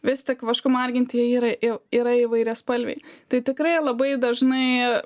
vis tik vašku marginti jie yra i yra įvairiaspalviai tai tikrai labai dažnai